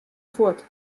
fuort